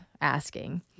asking